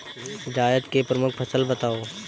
जायद की प्रमुख फसल बताओ